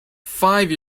five